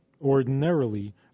ordinarily